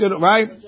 Right